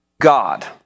God